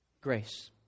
Grace